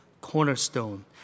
cornerstone